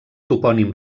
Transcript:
topònim